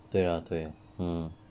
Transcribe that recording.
对啊对啊 mm